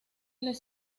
les